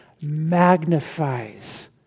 magnifies